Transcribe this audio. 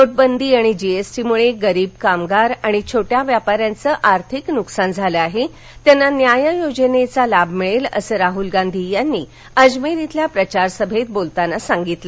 नोटबंदी आणि जीएसटी मुळे गरीब कामगार आणि छोट्या व्यापाऱ्यांचं आर्थिक नुकसान झालं आहेत्यांना न्याय योजनेचा लाभ मिळेल असं राहुल गांधी यांनी अजमेर इथल्या प्रचारसभेत बोलताना सांगितलं